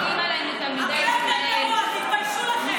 אתם לוקחים את כבשת הרש.